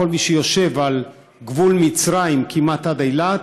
כל מי שיושב על גבול מצרים כמעט עד אילת,